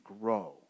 grow